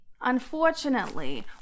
Unfortunately